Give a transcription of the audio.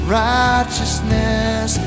righteousness